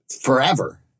forever